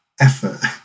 effort